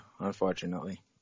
unfortunately